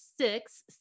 six